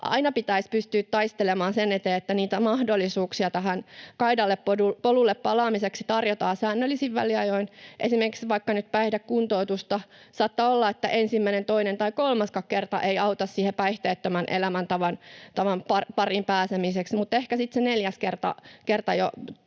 Aina pitäisi pystyä taistelemaan sen eteen, että niitä mahdollisuuksia kaidalle polulle palaamiseksi tarjotaan säännöllisin väliajoin, esimerkiksi vaikka nyt päihdekuntoutusta. Saattaa olla, että ensimmäinen, toinen tai kolmaskaan kerta ei auta päihteettömän elämäntavan pariin pääsemiseksi, mutta ehkä sitten